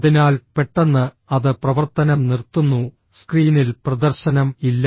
അതിനാൽ പെട്ടെന്ന് അത് പ്രവർത്തനം നിർത്തുന്നു സ്ക്രീനിൽ പ്രദർശനം ഇല്ല